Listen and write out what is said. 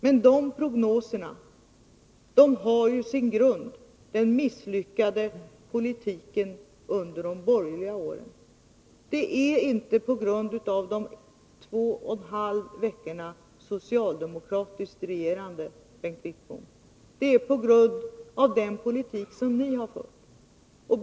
Men de prognoserna har sin grund i den misslyckade politiken under de borgerliga åren. Det är inte på grund av de två och en halv veckornas socialdemokratiskt regerande, Bengt Wittbom. Det är på grund av den politik som ni har fört.